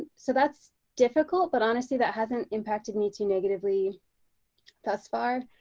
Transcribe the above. so that's difficult, but honestly that hasn't impacted me too negatively thus far.